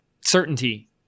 certainty